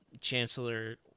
Chancellor